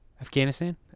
Afghanistan